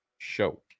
show